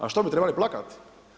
A što bi trebali plakati.